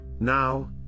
Now